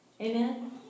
Amen